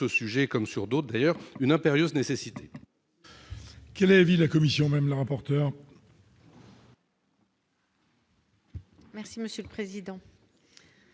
sujet comme sur d'autres d'ailleurs une impérieuse nécessité.